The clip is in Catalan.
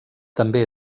també